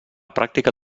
pràctica